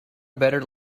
better